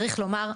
צריך לומר,